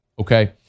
okay